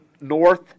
North